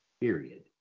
Period